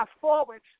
forward